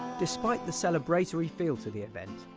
despite the celebratory feel to the event,